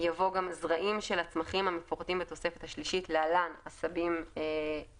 יבוא גם "זרעים של הצמחים המפורטים בתוספת השלישית (להלן עשבים מחבלים)